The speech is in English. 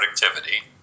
productivity